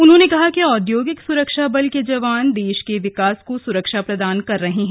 उन्होंने कहा कि औद्योगिक सुरक्षा बल के जवान देश के विकास को सुरक्षा प्रदान कर रहे हैं